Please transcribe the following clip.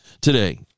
today